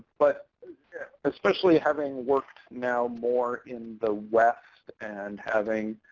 but especially having worked now more in the west, and having,